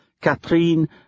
Catherine